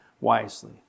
wisely